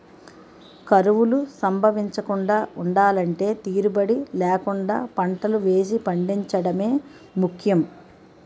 కరువులు సంభవించకుండా ఉండలంటే తీరుబడీ లేకుండా పంటలు వేసి పండించడమే ముఖ్యం